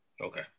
okay